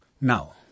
Now